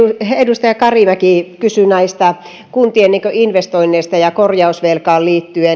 edustaja karimäki kysyi kuntien investoinneista korjausvelkaan liittyen